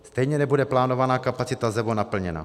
Stejně nebude plánovaná kapacita ZEVO naplněna.